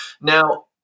Now